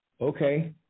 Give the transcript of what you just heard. Okay